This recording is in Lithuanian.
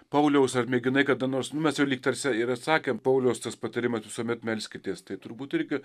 pauliaus ar mėginai kada nors mes jau lyg tarsi ir atsakė pauliaus tas patarimas visuomet melskitės tai turbūt irgi